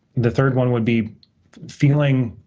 the third one would be feeling,